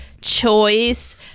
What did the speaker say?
choice